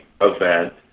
event